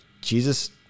Jesus